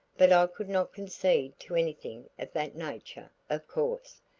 but i could not concede to anything of that nature, of course,